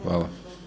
Hvala.